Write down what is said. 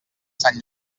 sant